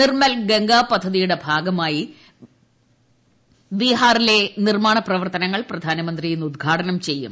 നിർമ്മൽ ഗംഗാ പദ്ധതിയുടെ ഭാഗമായി ബീഹാറിലെ നിർമ്മാണ പ്രവർത്തനങ്ങൾ പ്രധാനമന്ത്രി ഇന്ന് ഉദ്ഘാടനം ചെയ്യും